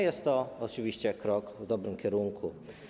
Jest to oczywiście krok w dobrym kierunku.